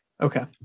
Okay